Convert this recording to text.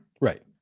Right